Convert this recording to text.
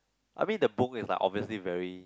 I mean the book is like obviously very